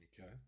okay